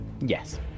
yes